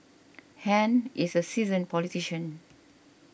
Han is a seasoned politician